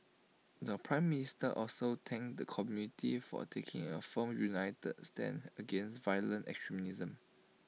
the Prime Minister also thanked the community for taking A firm united stand against violent extremism